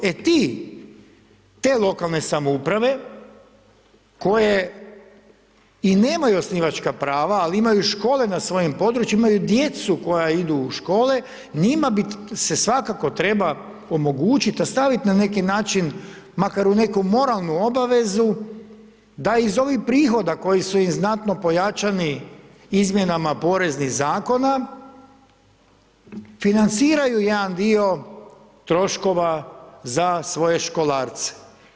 E ti, te lokalne samouprave, koje i nemaju osnivačka prava ali imaju škole na svojim područjima, imaju djecu koja idu u škole, njima se svakako treba omogućiti staviti na neki način, makar u nekom moralnom obavezu da iz ovih prihoda koji su znatno pojačani izmjenama poreznih zakona, financiraju jedan dio troškova za svoje školarce.